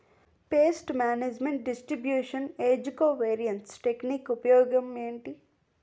paste management distribution edge covariance technique ఉపయోగం ఏంటి